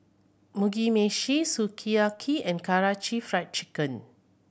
Mugi Meshi Sukiyaki and Karaage Fried Chicken